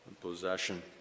possession